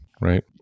Right